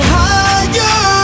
higher